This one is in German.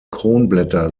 kronblätter